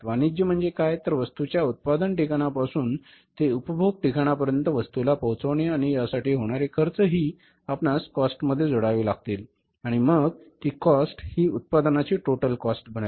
वाणिज्य म्हणजे काय तर वस्तूच्या उत्पादन ठिकाणापासून ते उपभोग ठिकाणापर्यंत वस्तू ला पोहचवणे आणि या साठी होणारे खर्च हि आपणास कॉस्ट मध्ये जोडावे लागतील आणि मग ती कॉस्ट हि उत्पादनाची टोटल कॉस्ट बनेल